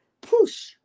push